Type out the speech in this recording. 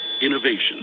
Innovation